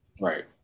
Right